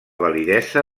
validesa